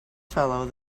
fellow